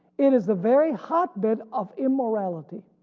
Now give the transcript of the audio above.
it is the very hotbed of immorality.